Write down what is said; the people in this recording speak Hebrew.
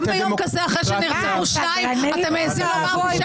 גם ביום כזה אחרי שנרצחו שניים אתם מעיזים לומר פשעי מלחמה?